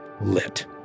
lit